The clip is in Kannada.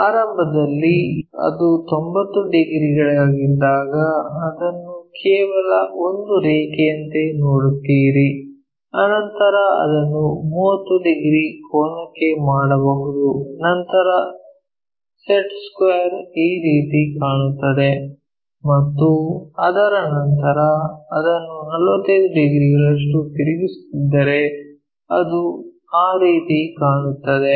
ಆರಂಭದಲ್ಲಿ ಅದು 90 ಡಿಗ್ರಿಗಳಾಗಿದ್ದಾಗ ಅದನ್ನು ಕೇವಲ ಒಂದು ರೇಖೆಯಂತೆ ನೋಡುತ್ತೀರಿ ನಂತರ ಅದನ್ನು 30 ಡಿಗ್ರಿ ಕೋನಕ್ಕೆ ಮಾಡಬಹುದು ನಂತರ ಸೆಟ್ ಸ್ಕ್ವೇರ್ ಈ ರೀತಿ ಕಾಣುತ್ತದೆ ಮತ್ತು ಅದರ ನಂತರ ಅದನ್ನು 45 ಡಿಗ್ರಿಗಳಷ್ಟು ತಿರುಗಿಸುತ್ತಿದ್ದರೆ ಅದು ಆ ರೀತಿ ಕಾಣುತ್ತದೆ